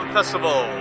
Festival